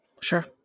Sure